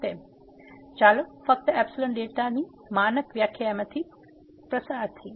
તેથી ચાલો ફક્ત એપ્સીલોન ડેલ્ટા ની માનક વ્યાખ્યામાંથી પસાર થઈએ